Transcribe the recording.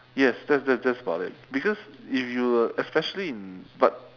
yes that's that's that's about it because if you were especially in but